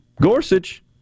Gorsuch